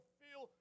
feel